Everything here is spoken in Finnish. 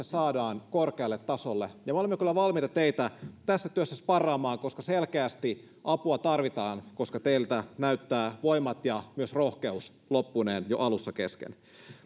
saadaan korkealle tasolle me olemme kyllä valmiita teitä tässä työssä sparraamaan koska selkeästi apua tarvitaan koska teiltä näyttää voimat ja myös rohkeus loppuneen jo alussa kesken